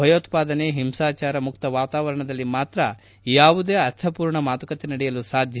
ಭಯೋತ್ಪಾದನೆ ಹಿಂಸಾಚಾರ ಮುಕ್ತ ವಾತಾವರಣದಲ್ಲಿ ಮಾತ್ರ ಯಾವುದೇ ಅರ್ಥಮೂರ್ಣ ಮಾತುಕತೆ ನಡೆಯಲು ಸಾಧ್ಯ